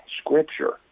scripture